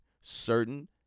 certain